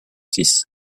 six